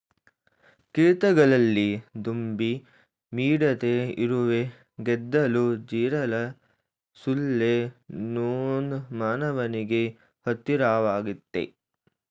ಕೀಟಗಳಲ್ಲಿ ದುಂಬಿ ಮಿಡತೆ ಇರುವೆ ಗೆದ್ದಲು ಜಿರಳೆ ಸೊಳ್ಳೆ ನೊಣ ಮಾನವನಿಗೆ ಹತ್ತಿರವಾಗಯ್ತೆ